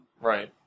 Right